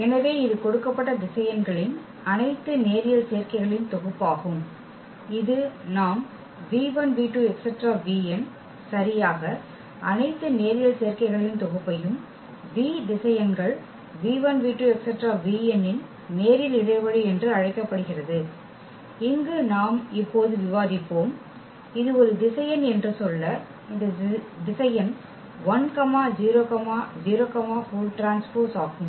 எனவே இது கொடுக்கப்பட்ட திசையன்களின் அனைத்து நேரியல் சேர்க்கைகளின் தொகுப்பாகும் இது நாம் சரியாக அனைத்து நேரியல் சேர்க்கைகளின் தொகுப்பையும் v திசையன்கள் இன் நேரியல் இடைவெளி என்று அழைக்கப்படுகிறது இங்கு நாம் இப்போது விவாதிப்போம் இது ஒரு திசையன் என்று சொல்ல இந்த திசையன்ஆகும்